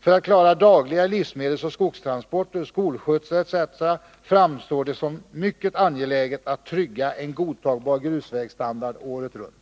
För att klara dagliga livsmedelsoch skogstransporter, skolskjutsar etc. framstår det som mycket angeläget att trygga en godtagbar grusvägsstandard året runt.